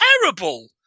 terrible